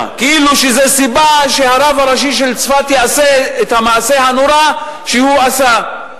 כאילו זו סיבה שהרב הראשי של צפת יעשה את המעשה הנורא שהוא עשה.